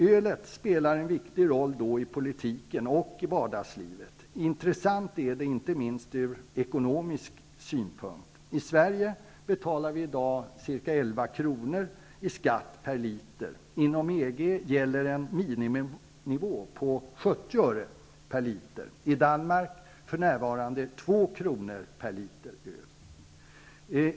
Öl spelar en viktig roll i politiken och i vardagslivet. Det är intressant inte minst ur ekonomisk synpunkt. I Sverige betalar vi i dag ca 11 kr. i skatt per liter. Inom EG gäller en miniminivå på 70 öre per liter, i Danmark för närvarande 2 kr. per liter öl.